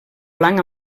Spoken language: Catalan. blanc